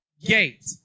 gate